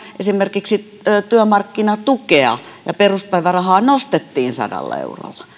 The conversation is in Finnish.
esimerkiksi työmarkkinatukea ja peruspäivärahaa nostettiin sadalla eurolla